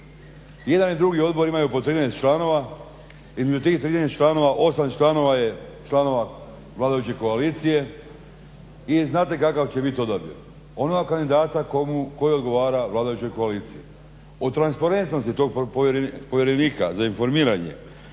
Jedan i drugi odbor imaju po 13 članova, između tih 13 članova 8 članova je članova vladajuće koalicije i znate kakav će biti odabir? Onoga kandidata koji odgovara vladajućoj koaliciji. O transparentnosti tog povjerenika za informiranje